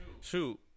Shoot